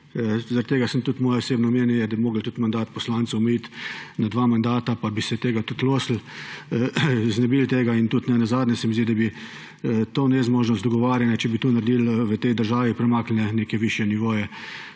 Zaradi tega je tudi moje osebno mnenje, da bi morali tudi mandat poslancev omejiti na dva mandata, pa bi se tega tudi znebili. Nenazadnje se mi zdi, da bi to nezmožnost dogovarjanja, če bi to naredili v tej državi, premaknili na neke višje nivoje,